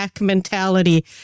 mentality